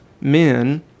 men